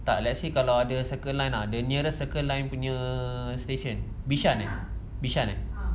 tak let's say kalau ada circle line ah the nearest circle line punya station bishan ah bishan ah